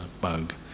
bug